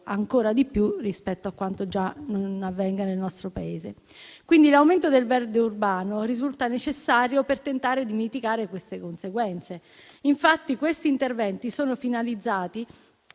ancora di più rispetto a quanto già non avvenga nel nostro Paese. Quindi, l'aumento del verde urbano risulta necessario per tentare di mitigare queste conseguenze. Infatti, questi interventi sono finalizzati